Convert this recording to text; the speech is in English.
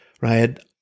right